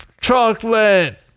chocolate